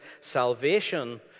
salvation